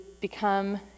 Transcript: become